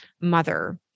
mother